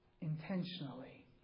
Intentionally